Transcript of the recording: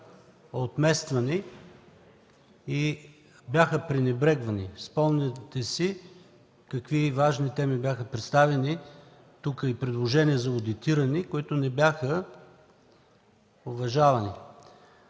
отмествани и пренебрегвани. Спомняте си какви важни теми бяха представяни тук – предложения за одитиране, които не бяха уважавани.